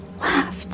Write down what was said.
laughed